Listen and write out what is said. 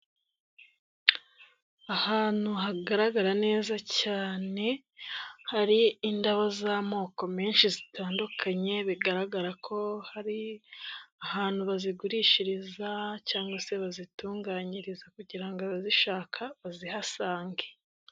Ahantu hagaragara neza cyane, hari indabo z'amoko menshi zitandukanye bigaragara ko ari ahantu bazigurishiriza cyangwa se bazitunganyiriza kugira ngo abazishaka bazihasange.